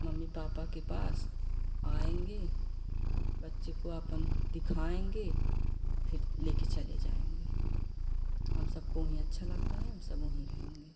mummy papa के पास आएंगे बच्चे को अपन दिखाएँगे फिर लेकर चले जाएँगे हम सबको वही अच्छा लगता है हम सब वही रहेंगे